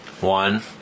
One